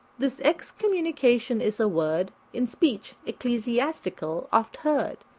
this excommunication is a word in speech ecclesiastical oft heard,